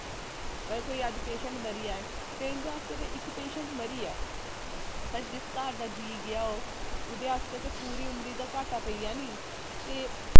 कोई अज्ज पेशेंट मरी जा ते इं'दे आस्तै ते इक पेशेंट मरी गेआ बट जिस घर दा जीऽ गेआ हो उदे आस्तै ते पूरी उमरी दा घाटा पेई गेआ निं ते